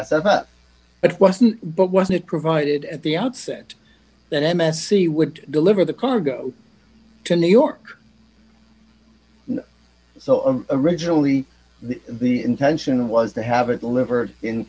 it wasn't but wasn't provided at the outset that m s e would deliver the cargo to new york so i'm originally the intention was to have it delivered in